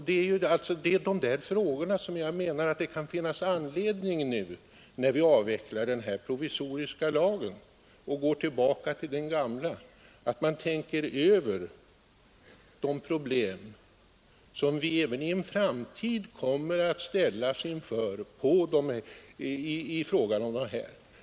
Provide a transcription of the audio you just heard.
Det är de frågorna som jag menar att det kan finnas anledning att ställa nu, när vi avvecklar den provisoriska lagen och återgår till den gamla, och att man bör tänka över de problem, som vi även i framtiden kommer att ställas inför.